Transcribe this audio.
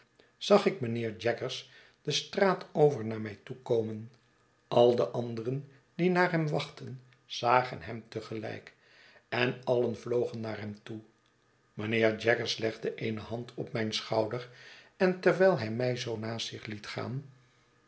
zag ik mijnheer jaggers de straat over naar mij toe komen al de anderen die naar hem wachtten zagen hem te gelijk en alien vlogen naar hem toe mijnheer jaggers legde eene hand op mijn schouder en terwijl hij mij zoo naast zich liet gaan